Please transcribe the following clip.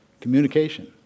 communication